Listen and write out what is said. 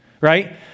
right